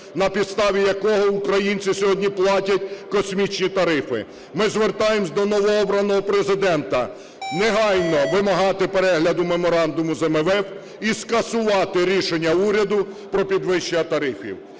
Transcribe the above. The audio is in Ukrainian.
на підставі якого українці сьогодні платять космічні тарифи. Ми звертаємося до новообраного Президента негайно вимагати перегляду меморандуму з МВФ і скасувати рішення уряду про підвищення тарифів.